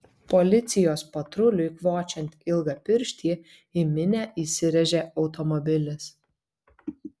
policijos patruliui kvočiant ilgapirštį į minią įsirėžė automobilis